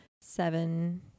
seven